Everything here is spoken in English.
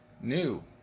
new